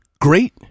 Great